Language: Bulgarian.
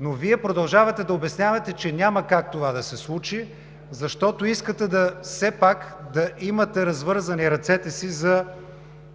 но Вие продължавате да обяснявате, че няма как това да се случи, защото искате все пак да имате развързани ръцете си за